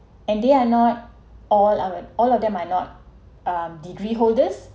and they are not all our all of them are not um degree holders